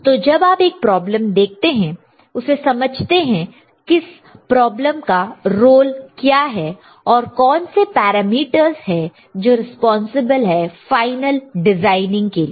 तो जब आप एक प्रॉब्लम देखते हैं उसे समझते हैं किस प्रॉब्लम का रोल क्या है और कौन से पैरामीटर्स है जो रिस्पांसिबल है फाइनल डिजाइनिंग के लिए